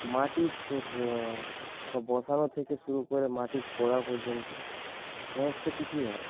মাটি বসানো থেকে শুরু করে মাটি খোঁড়া পর্যন্ত সমস্ত কিছুই হয়